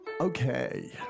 Okay